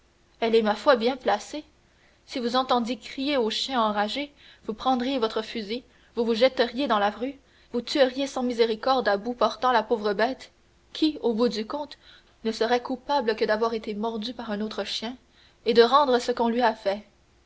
elle est ma foi bien placée si vous entendiez crier au chien enragé vous prendriez votre fusil vous vous jetteriez dans la rue vous tueriez sans miséricorde à bout portant la pauvre bête qui au bout du compte ne serait coupable que d'avoir été mordue par un autre chien et de rendre ce qu'on lui a fait